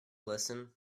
listen